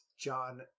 john